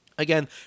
Again